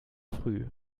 früh